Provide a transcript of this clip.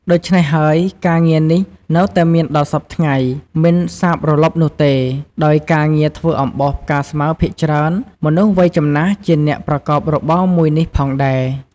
ដូចច្នេះហើយ ការងារនេះនៅតែមានដល់សព្វថ្ងៃមិនសាបរលុបនោះទេ ដោយការងារធ្វើអំបោសផ្កាស្មៅភាគច្រើនមនុស្សវ័យចំណាស់ជាអ្នកប្រកបរបរមួយនេះផងដៃរ។